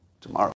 tomorrow